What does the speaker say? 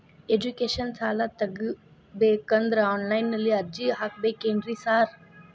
Education ಸಾಲ ತಗಬೇಕಂದ್ರೆ online ನಲ್ಲಿ ಅರ್ಜಿ ಹಾಕ್ಬೇಕೇನ್ರಿ ಸಾರ್?